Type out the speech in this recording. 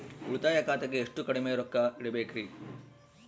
ಉಳಿತಾಯ ಖಾತೆಗೆ ಎಷ್ಟು ಕಡಿಮೆ ರೊಕ್ಕ ಇಡಬೇಕರಿ?